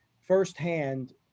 firsthand